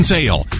Sale